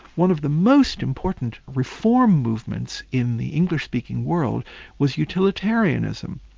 one of the most important reform movements in the english-speaking world was utilitarianism.